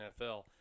NFL